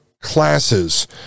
classes